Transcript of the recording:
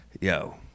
Yo